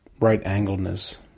right-angledness